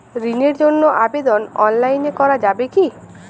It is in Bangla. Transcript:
ঋণের জন্য আবেদন অনলাইনে করা যাবে কি?